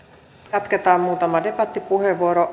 jatketaan muutama debattipuheenvuoro